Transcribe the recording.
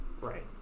Right